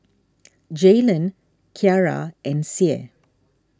Jaylen Kyara and Sie